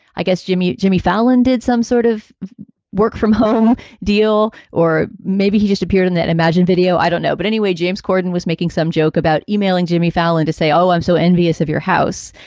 i guess, jimmy. jimmy fallon did some sort of work from home deal. or maybe he just appeared in that imagined video. i don't know. but anyway, james corden was making some joke about emailing jimmy fallon to say, oh, i'm so envious of your house.